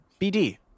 BD